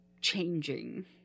changing